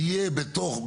יהיה בתוך,